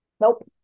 Nope